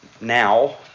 now